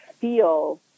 feel